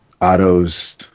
Otto's